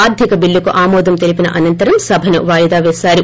ఆర్గిక బిల్లుకు ఆమోదం తెలిపిన అనంతరం సభను వాయిదా వేశారు